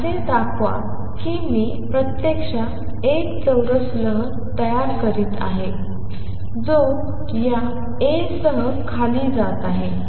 तर असे दाखवा की मी प्रत्यक्षात एक चौरस लहर तयार करत आहे जो या A सह खाली जात आहे